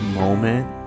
moment